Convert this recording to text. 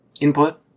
input